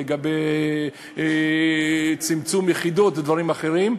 לגבי צמצום יחידות ודברים אחרים.